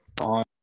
on